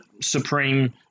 supreme